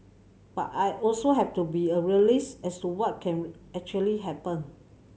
but I also have to be a realist as to what can actually happen